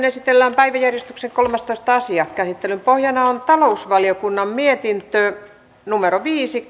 esitellään päiväjärjestyksen kolmastoista asia käsittelyn pohjana on talousvaliokunnan mietintö viisi